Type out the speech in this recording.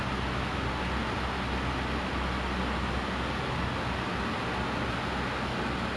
then after that I would light my candle like I like my candle because like I usually sleep with aircon kan